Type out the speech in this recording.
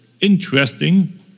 interesting